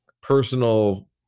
personal